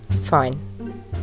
Fine